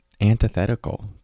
antithetical